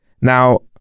Now